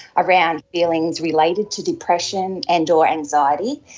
around feelings related to depression and or anxiety.